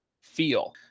feel